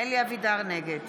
נגד